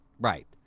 Right